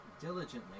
diligently